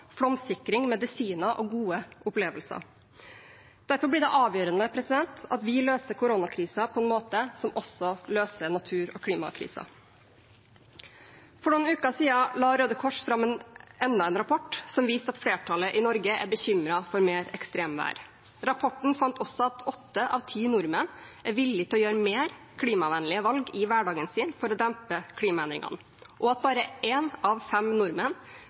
flomsikring, medisiner og gode opplevelser. Derfor blir det avgjørende at vi løser koronakrisen på en måte som også løser natur- og klimakrisen. For noen uker siden la Røde Kors fram enda en rapport som viste at flertallet i Norge er bekymret for mer ekstremvær. Rapporten fant også at åtte av ti nordmenn er villige til å gjøre mer klimavennlige valg i hverdagen sin for å dempe klimaendringene, og at bare én av fem nordmenn